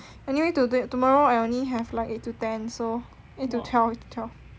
anyway today tommorow I only have like eight to ten so eight to twelve eight to twelve